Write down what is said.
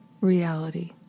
reality